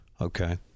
okay